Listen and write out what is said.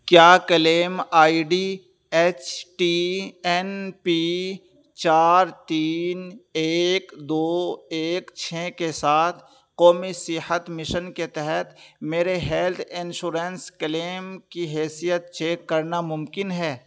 کیا claim I D H T N P چار تین ایک دو ایک چھ کے ساتھ قومی صحت مشن کے تحت میرے ہیلتھ انشورنس کلیم کی حیثیت چیک کرنا ممکن ہے